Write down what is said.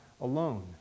alone